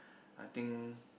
I think